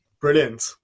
Brilliant